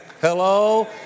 hello